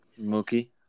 Mookie